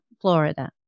Florida